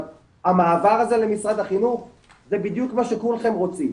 המעבר הזה למשרד החינוך זה בדיוק שכולכם רוצים,